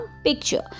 picture